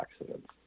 accidents